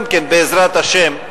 גם כן בעזרת השם,